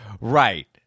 Right